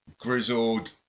grizzled